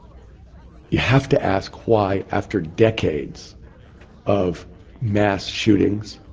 have to ask why, after decades of mass shootings,